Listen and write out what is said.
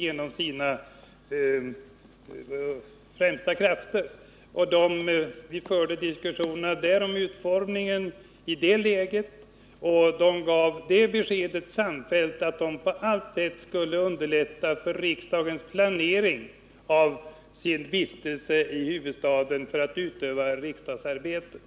Vi diskuterade omflyttningen, och de gav samfällt beskedet att de på allt sätt skulle underlätta riksdagsledamöternas planering av sin vistelse i huvudstaden för att utöva riksdagsarbetet.